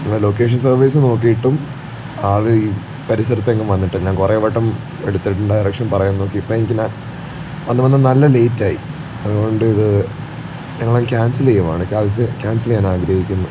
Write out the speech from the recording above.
location service നോക്കിയിട്ടും ആൾ ഈ പരിസരത്ത് എങ്ങും വന്നിട്ടില്ല ഞാൻ കുറേ വട്ടം എടുത്തിട്ട് ഡയറക്ഷൻ പറയാൻ നോക്കി ഇപ്പോൾ എനിക്ക് പിന്നെ വന്ന് വന്ന് നല്ല ലേറ്റ് ആയി അതുകൊണ്ട് ഇത് ഞങ്ങൾ അങ്ങ് ക്യാൻസൽ ചെയ്യുവാണ് ക്യാൻസൽ ക്യാൻസൽ ചെയ്യാൻ ആഗ്രഹിക്കുന്നു